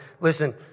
listen